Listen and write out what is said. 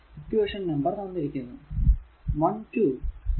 equation number തന്നിരിക്കുന്നു 1 2